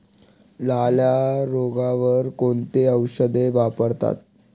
लाल्या रोगावर कोणते औषध वापरतात?